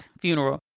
funeral